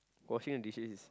washing the dishes is